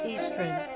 Eastern